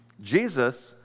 Jesus